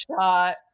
shot